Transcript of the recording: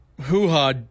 hoo-ha